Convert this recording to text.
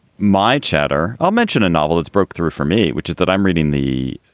my chatter. i'll mention a novel. it's broke through for me, which is that i'm reading the